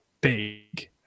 big